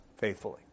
faithfully